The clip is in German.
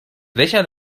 welcher